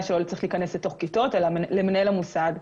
שלא צריך להיכנס לכיתות אלא לחדר מנהל המוסד.